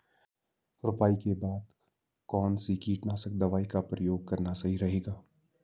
रुपाई के बाद कौन सी कीटनाशक दवाई का प्रयोग करना सही रहेगा?